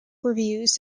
reviews